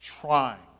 trying